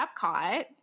Epcot